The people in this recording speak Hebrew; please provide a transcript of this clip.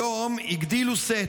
היום הגדילו לעשות: